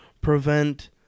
prevent